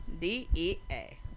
D-E-A